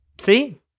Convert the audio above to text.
See